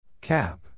Cap